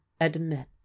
admit